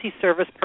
service